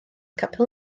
capel